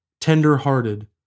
tender-hearted